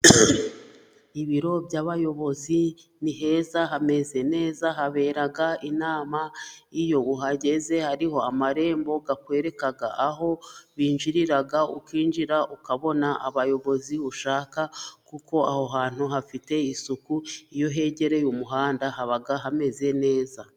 Ibiro by'abayobozi ni heza, hameze neza. Habera inama, iyo uhageze hariho amarembo akwereka aho binjirira, ukinjira ukabona abayobozi ushaka, kuko aho hantu hafite isuku. Iyo hegereye umuhanda haba hameze neza.